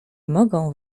mogą